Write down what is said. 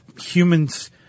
humans